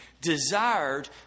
desired